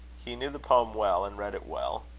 he knew the poem well, and read it well.